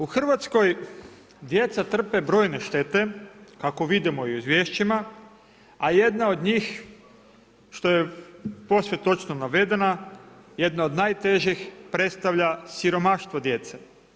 U Hrvatskoj djeca trpe brojne štete kako vidimo i u izvješćima, a jedna od njih što je posve točno navedena, jedna od najtežih predstavlja siromaštvo djece.